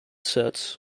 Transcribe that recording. sets